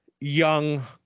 young